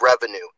revenue